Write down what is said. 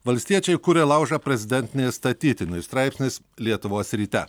valstiečiai kuria laužą prezidentinės statytiniui straipsnis lietuvos ryte